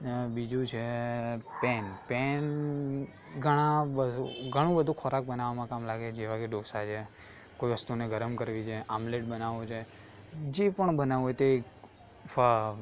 બીજું છે pan pan ઘણાં બ ઘણું બધું ખોરાક બનાવવામાં કામ લાગે જેવા કે ઢોંસા છે કોઇ વસ્તુને ગરમ કરવી છે આમલેટ બનાવવું છે જે પણ બનાવવું હોય તે ફ